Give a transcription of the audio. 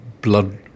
blood